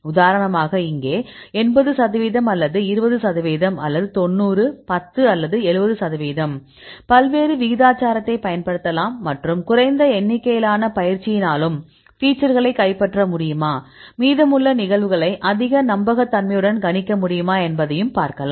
உதாரணமாக இங்கே 80 சதவிகிதம் அல்லது 20 சதவிகிதம் அல்லது 90 10 அல்லது 70 சதவிகிதம் பல்வேறு விகிதாச்சாரத்தைப் பயன்படுத்தலாம் மற்றும் குறைந்த எண்ணிக்கையிலான பயிற்சியினாலும் ஃபீச்சர்களை கைப்பற்ற முடியுமா மீதமுள்ள நிகழ்வுகளை அதிக நம்பகத்தன்மையுடன் கணிக்க முடியுமா என்பதையும் பார்க்கலாம்